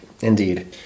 Indeed